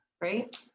right